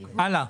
הלאה.